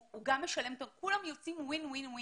הוא גם משלם וכולם יוצאים מנצחים.